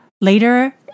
Later